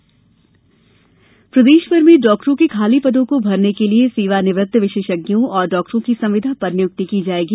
मंत्रिपरिषद बैठक प्रदेश भर में डॉक्टरों के खाली पदों को भरने के लिए सेवानिवृत्त विशेषज्ञों और डॉक्टरों की संविदा पर नियुक्ति की जाएगी